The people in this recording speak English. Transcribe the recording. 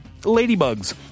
ladybugs